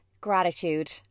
gratitude